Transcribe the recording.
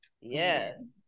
Yes